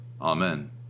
amen